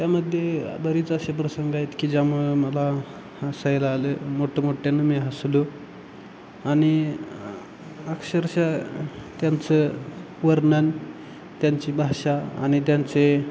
त्यामध्ये बरीच असे प्रसंग आहेत की ज्यामुळं मला हसायला आलं मोठमोठ्यानं मी हसलो आणि अक्षरशः त्यांचं वर्णन त्यांची भाषा आणि त्यांचे